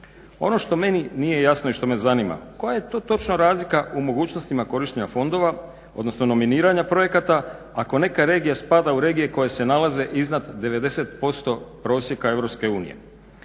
Ono što meni nije jasno i što me zanima koja je to točna razlika u mogućnostima korištenja fondova odnosno nominiranja projekata, ako neka regija spada u regije koje se nalaze iznad 90% prosjeka EU.